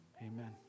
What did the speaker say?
Amen